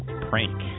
prank